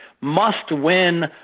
must-win